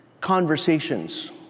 conversations